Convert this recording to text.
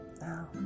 Now